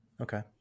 okay